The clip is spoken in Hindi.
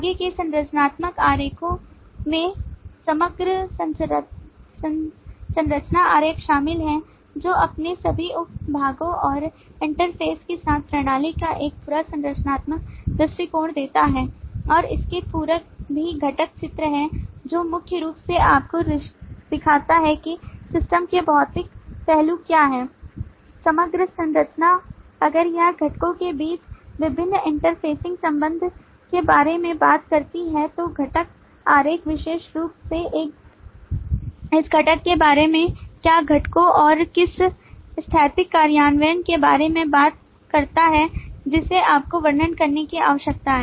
आगे के संरचनात्मक आरेखों में समग्र संरचना आरेख शामिल है जो अपने सभी उप भागों और इंटरफेस के साथ प्रणाली का एक पूरा संरचनात्मक दृष्टिकोण देता है और इसके पूरक भी घटक चित्र है जो मुख्य रूप से आपको दिखाते हैं कि सिस्टम के भौतिक पहलू क्या हैं समग्र संरचना अगर यह घटकों के बीच विभिन्न इंटरफेसिंग संबंध के बारे में बात करती है तो घटक आरेख विशेष रूप से इस घटक के बारे में क्या घटकों और किस स्थैतिक कार्यान्वयन के बारे में बात करता है जिसे आपको वर्णन करने की आवश्यकता है